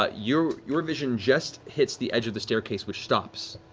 ah your your vision just hits the edge of the staircase, which stops,